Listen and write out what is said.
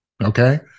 Okay